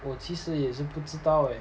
我其实也是不知道诶